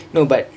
no but